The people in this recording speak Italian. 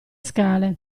scale